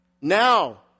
now